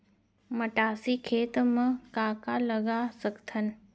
मटासी खेत म का का लगा सकथन?